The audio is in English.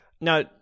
Now